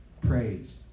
Praise